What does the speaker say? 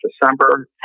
December